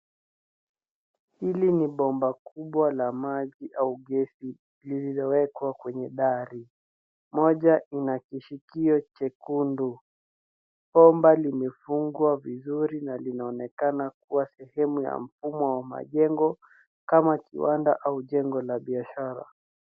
Hili ni bomba kubwa la maji au gesi lililowekwa kwenye dari. Moja ina kishikio jekundu. Bomba limefungwa vizuri na linaonekana kuwa sehemu ya mfumo ya majengo kama kiwanda au jengo la biashara.